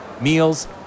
meals